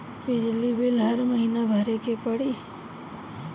बिजली बिल हर महीना भरे के पड़ी?